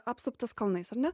apsuptas kalnais ar ne